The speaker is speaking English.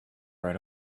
right